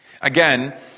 Again